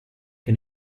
che